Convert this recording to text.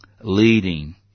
leading